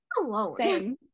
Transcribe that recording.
alone